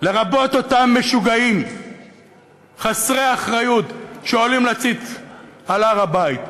לרבות אותם משוגעים חסרי אחריות שעולים להצית על הר-הבית.